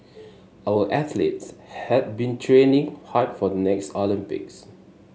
our athletes have been training hard for the next Olympics